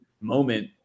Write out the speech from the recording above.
moment